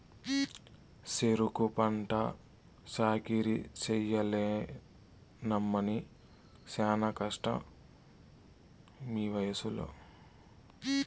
సెరుకు పంట సాకిరీ చెయ్యలేనమ్మన్నీ శానా కష్టమీవయసులో